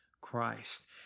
Christ